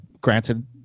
Granted